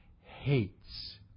hates